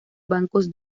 bancos